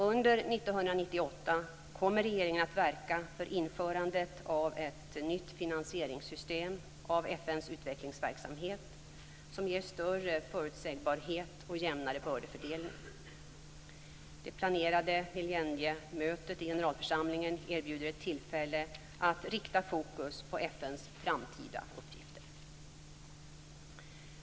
Under 1998 kommer regeringen att verka för införandet av ett nytt finansieringssystem av FN:s utvecklingsverksamhet som ger större förutsägbarhet och jämnare bördefördelning. Det planerade millenniemötet i generalförsamlingen erbjuder ett tillfälle att rikta fokus på FN:s framtida uppgifter.